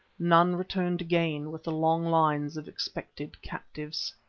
none returned again with the long lines of expected captives.